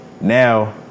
now